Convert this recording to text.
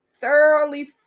thoroughly